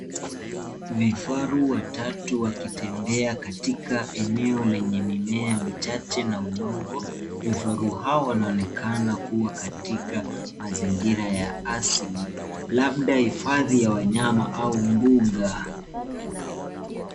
Vifaru watatu wakitembea katika eneo lenye mimea michache na udongo. Vifaru hawa wanaonekana kuwa katika mazingira ya asili labda hifadhi ya wanyama au mbuga.